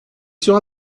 sera